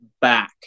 back